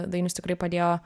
dainius tikrai padėjo